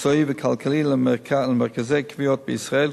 מקצועי וכלכלי למרכזי כוויות בישראל,